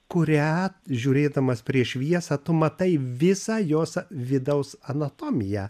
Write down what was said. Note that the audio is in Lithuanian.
kurią žiūrėdamas prieš šviesą tu matai visą jos vidaus anatomiją